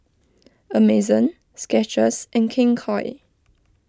Amazon Skechers and King Koil